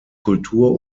kultur